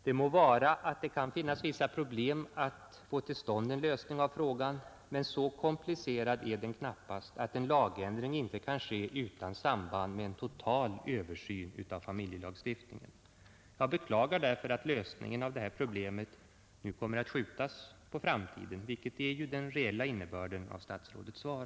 Det må vara att det kan finnas vissa problem att få till stånd en lösning av frågan, men så komplicerad är den knappast att en lagändring inte kan ske utan samband med en total översyn av familjelagsstiftningen. Jag beklagar därför att lösningen av detta problem nu kommer att skjutas på framtiden, vilket ju är den reella innebörden av statsrådets svar.